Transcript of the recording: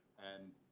and